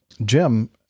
Jim